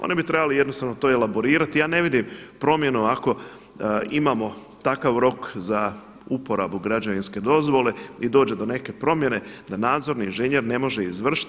Oni bi trebali jednostavno to elaborirati i ja ne vidim promjenu ako imamo takav rok za uporabu građevinske dozvole i dođe do neke promjene da nadzorni inženjer ne može izvršiti.